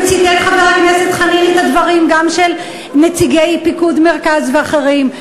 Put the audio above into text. וציטט חבר הכנסת חנין גם את הדברים של נציגי פיקוד מרכז ואחרים.